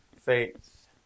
Faith